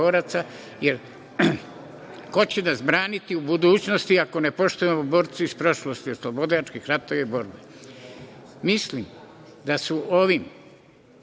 jer ko će nas braniti u budućnosti, ako ne poštujemo borce iz prošlosti, oslobodilačih ratova i borbe. Mislim da su ovim